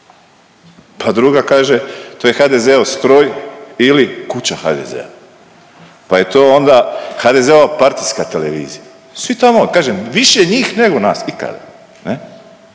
Pa druga kaže to je HDZ-ov stroj ili kuća HDZ-a. Pa je to onda HDZ-ova partijska televizija. Svi tamo, kažem više njih nego nas ikada.